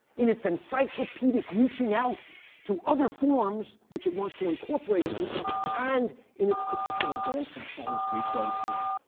in its encyclopedic reaching out to other forms which it was to incorporate into itself, and in its particular dance and song sequences.